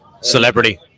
Celebrity